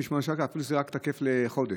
198 שקל, אפילו שזה תקף רק לחודש,